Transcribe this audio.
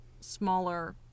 smaller